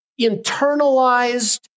internalized